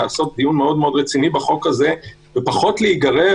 הפרלמנט אמור לעשות את זה באופן רגיל וגם בזמנים של חירום.